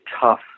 tough